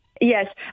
yes